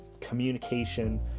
communication